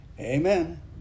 Amen